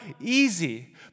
easy